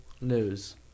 news